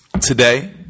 today